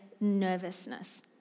nervousness